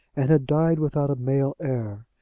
and had died without a male heir.